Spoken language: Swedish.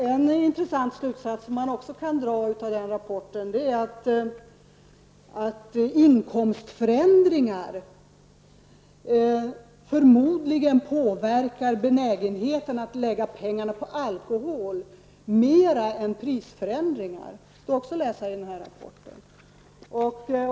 En intressant slutsats man också kan dra av den rapporten är att inkomstförändringar förmodligen påverkar benägenheten att lägga pengar på alkohol mer än prisförändringar. Det står också att läsa i den här rapporten.